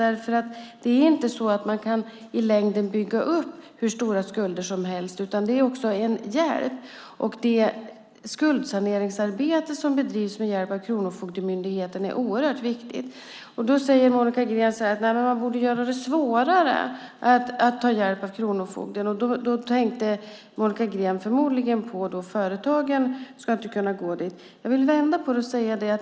Man kan nämligen inte i längden bygga upp hur stora skulder som helst. Detta är också en hjälp, och det skuldsaneringsarbete som bedrivs med hjälp av Kronofogdemyndigheten är oerhört viktigt. Då säger Monica Green så här: Man borde göra det svårare att ta hjälp av kronofogden. Då tänker Monica Green förmodligen på att företagen inte ska kunna gå dit. Jag vill vända på det.